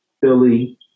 Philly